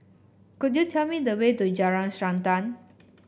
could you tell me the way to Jalan Srantan